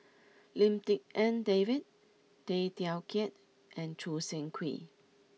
Lim Tik En David Tay Teow Kiat and Choo Seng Quee